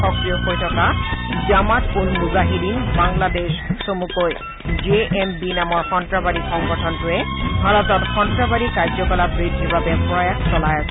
সক্ৰিয় হৈ থকা জামাত উল মুজাহিদীন বাংলাদেশ চমুকৈ জে এম বি নামৰ সন্তাসবাদী সংগঠনটোৱে ভাৰতত সন্ত্ৰাসবাদী কাৰ্যকলাপ বৃদ্ধিৰ বাবে প্ৰয়াস চলাই আছে